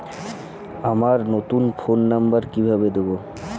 আমার নতুন phone number কিভাবে দিবো?